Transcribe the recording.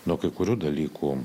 nuo kai kurių dalykų